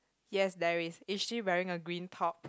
yes there is is she wearing a green top